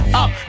up